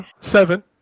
Seven